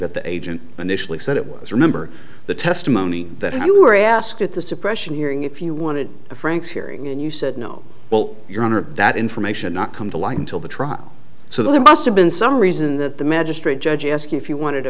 that the agent initially said it was remember the testimony that if you were asked at the suppression hearing if you wanted to frank's hearing and you said no well your honor that information not come to light until the trial so there must have been some reason that the magistrate judge asking if you wanted